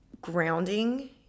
grounding